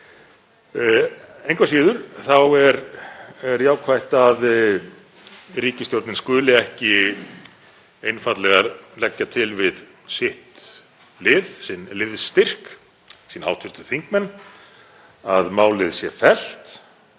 Engu að síður er jákvætt að ríkisstjórnin skuli ekki einfaldlega leggja til við sitt lið, sinn liðsstyrk, sína hv. þingmenn, að málið sé fellt,